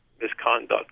misconduct